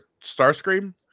Starscream